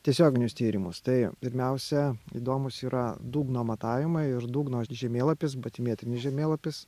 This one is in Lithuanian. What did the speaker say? tiesioginius tyrimus tai pirmiausia įdomūs yra dugno matavimai ir dugno žemėlapis batimetrinis žemėlapis